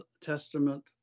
Testament